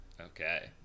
okay